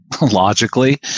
logically